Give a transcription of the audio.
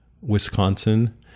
Wisconsin